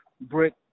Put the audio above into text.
brick